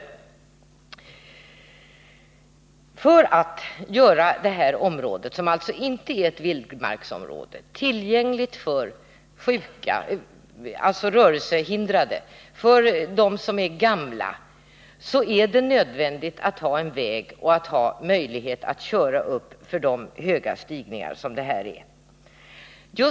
i För att göra området i fråga, som alltså inte är ett vildmarksområde, tillgängligt för rörelsehindrade och gamla är det nödvändigt att ha en väg, som ger möjlighet att köra uppför de branta stigningar som det är fråga om.